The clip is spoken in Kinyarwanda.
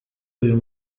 uyu